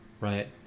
right